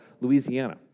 Louisiana